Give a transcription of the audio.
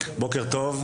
בוקר טוב.